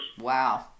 Wow